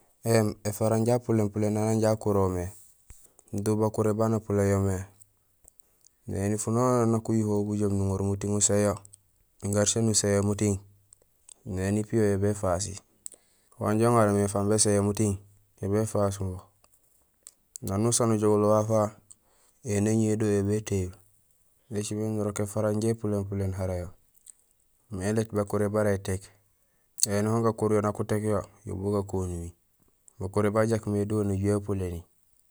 Ēfara jaa épuléén puléén aan anja ukurol mé. Do bakuré baan upuléén yo mé, néni fanakonak nak uyuhowul bujoom nuŋorul muting uséén yo, garsee nuséén yo muting, néni piyo yo béfasi. Wanjo uŋanloyo mé bésinyo muting, yo béfaas wo. Nanusaan nujogulo waaf wawu, éni éñowi déhoro yo bétéyul. Ēcimé nirok éfara sinja épuléén puléén arayo mais léét bakuré bara étéék. Ēni hon gakuryo nak utéék yo, yo bu gakonumi. Bakuré bajaak mé déhoro néjuhé épuléni.